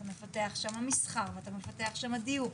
אתה מפתח שם מסחר ואתה מפתח שם דיור.